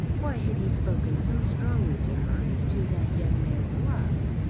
why had he spoken so strongly to her as to that young man's love?